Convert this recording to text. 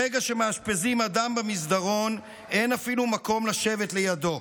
ברגע שמאשפזים אדם במסדרון אין אפילו מקום לשבת לידו.